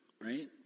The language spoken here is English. right